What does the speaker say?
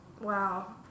wow